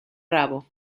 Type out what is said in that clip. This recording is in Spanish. rabo